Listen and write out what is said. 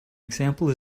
example